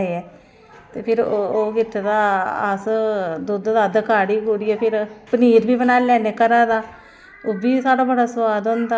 बाकी एह्दे बास्तै गौरमैंट नै चाही दा सवसीडी देऐ असेंगी सस्ते दामें पर खाद देऐ बीऽ बी सस्ते दामें पर देऐ